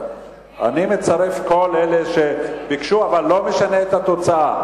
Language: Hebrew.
אני מצרף את כל אלה שביקשו אבל לא משנה את התוצאה.